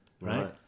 Right